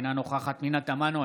אינה נוכחת פנינה תמנו,